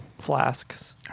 flasks